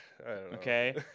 okay